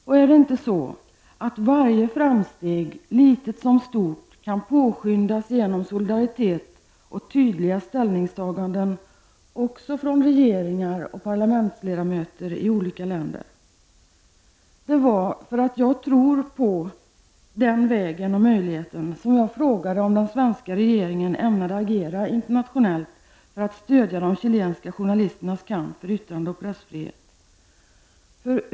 Och är det inte så att varje framsteg, litet som stort, kan påskyndas genom solidaritet och tydliga ställningstaganden också från regeringar och parlamentsledamöter i olika länder? Det var därför att jag tror på den vägen och den möjligheten som jag frågade om den svenska regeringen ämnade agera internationellt för att stödja de chilenska journalisternas kamp för yttrande och pressfrihet.